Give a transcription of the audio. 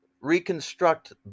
reconstruct